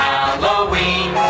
Halloween